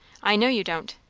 i know you don't.